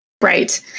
Right